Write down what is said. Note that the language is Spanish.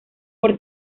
por